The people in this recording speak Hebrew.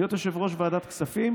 להיות יושב-ראש ועדת כספים